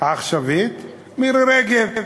העכשווית מירי רגב.